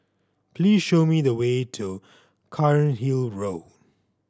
please show me the way to Cairnhill Road